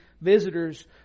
visitors